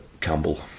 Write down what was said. Campbell